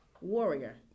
Warrior